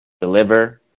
Deliver